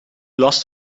last